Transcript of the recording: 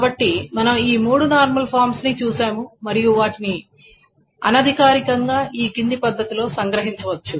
కాబట్టి మనం ఈ మూడు నార్మల్ ఫామ్స్ ని చూశాము మరియు వాటిని అనధికారికంగా ఈ క్రింది పద్ధతిలో సంగ్రహించవచ్చు